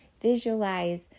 Visualize